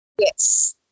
Yes